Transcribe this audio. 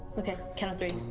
okay, count of three.